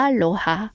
Aloha